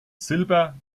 silber